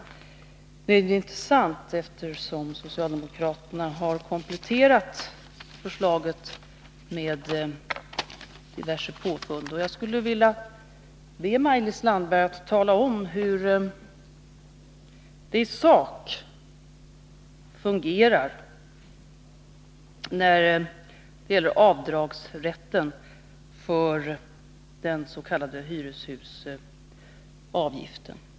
Det är inte sant, eftersom socialdemokraterna har kompletterat förslaget med diverse påfund. Jag skulle vilja be Maj-Lis Landberg att tala om hur avdragsrätten fungerar när det gäller den s.k. hyreshusavgiften.